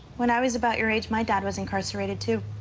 when i was about your age my dad was incarcerated too.